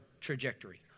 trajectory